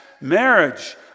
marriage